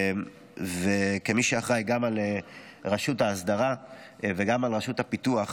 כמי שאחראי גם לרשות ההסדרה וגם לרשות הפיתוח,